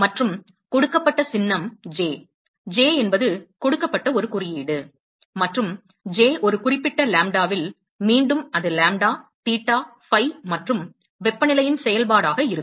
மற்றும் கொடுக்கப்பட்ட சின்னம் J J என்பது கொடுக்கப்பட்ட ஒரு குறியீடு மற்றும் J ஒரு குறிப்பிட்ட லாம்ப்டாவில் மீண்டும் அது லாம்ப்டா தீட்டா ஃபை மற்றும் வெப்பநிலையின் செயல்பாடாக இருக்கும்